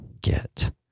get